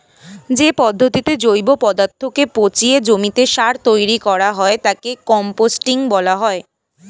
যে পদ্ধতিতে জৈব পদার্থকে পচিয়ে জমিতে সার তৈরি করা হয় তাকে কম্পোস্টিং বলা হয়